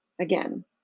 again